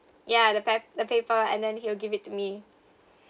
ya the pa~ the paper and then he'll give it to me